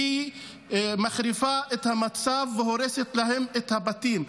גם מחריפה את המצב והורסת להם את הבתים.